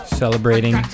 celebrating